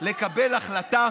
לקבל החלטה